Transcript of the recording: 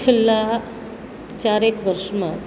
છેલ્લાં ચાર એક વર્ષમાં